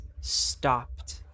stopped